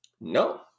No